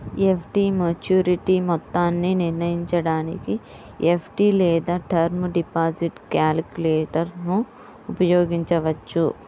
FD maturity మొత్తాన్ని నిర్ణయించడానికి FD లేదా టర్మ్ డిపాజిట్ క్యాలిక్యులేటర్ను ఉపయోగించవచ్చు